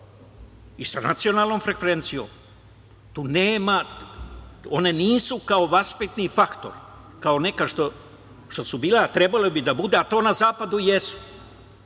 i sa nacionalnom frekvencijom, one nisu kao vaspitni faktor, kao nekad što su bile, a trebalo bi da budu, a to na Zapadu jesu,